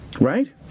Right